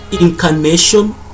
incarnation